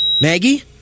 Maggie